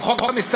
על חוק המסתננים,